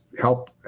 help